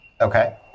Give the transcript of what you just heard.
Okay